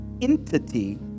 entity